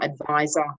advisor